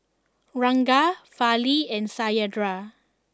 Ranga Fali and Satyendra